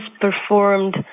performed